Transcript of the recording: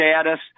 status